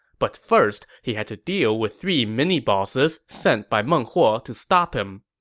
but first, he had to deal with three mini-bosses sent by meng huo to stop him.